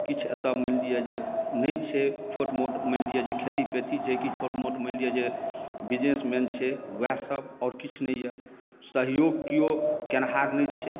किछु एतौ मानि लिअ जे नहि छै छोट मोट मानि लिअ जे खेती पेथी छै किछु छोट मोट मानि लिअ जे बिजनेस मैन छै वहै सभ आओर किछु नहि अछि सहयोग केओ केन्हार नहि छै